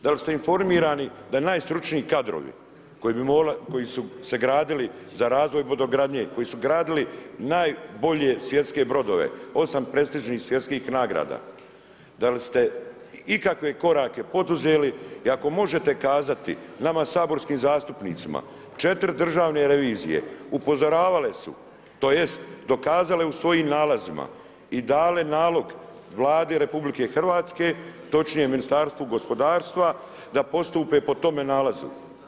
Da li ste informirani da najstručniji kadrovi, koji su sagradili, za razvoj brodogradnje, koji su gradili, najbolje svjetske brodove, 8 prestižnih svjetskih nagrada, da li ste ikakve korake poduzeli i ako možete kazati, nama saborskim zastupnicima, 4 državne revizije, upozoravale su, tj. dokazale u svojim nalazima i dale nalog Vlade RH, točnije Ministarstvu gospodarstva, da postupe po tome nalazu?